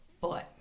foot